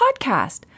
podcast